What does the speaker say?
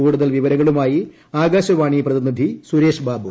കൂടുതൽ വിവരങ്ങളുമായി ആക്ടുശവാണി പ്രതിനിധി സുരേഷബാബു